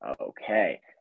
Okay